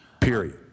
Period